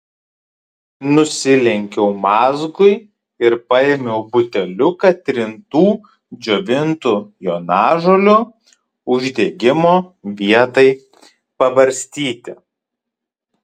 nusilenkiau mazgui ir paėmiau buteliuką trintų džiovintų jonažolių uždegimo vietai pabarstyti